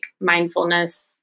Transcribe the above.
mindfulness